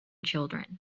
children